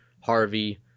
Harvey